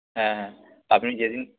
হ্যাঁ হ্যাঁ আপনি যেদিন